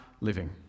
living